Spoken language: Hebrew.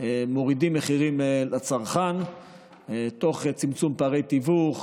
מורידים מחירים לצרכן תוך צמצום פערי תיווך,